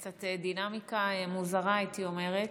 דינמיקה קצת מוזרה, הייתי אומרת.